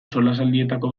solasaldietako